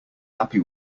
happy